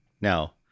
Now